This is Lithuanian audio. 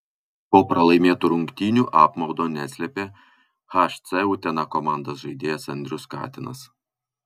po pralaimėtų rungtynių apmaudo neslėpė hc utena komandos žaidėjas andrius katinas